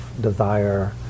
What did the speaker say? desire